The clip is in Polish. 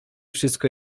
wszystko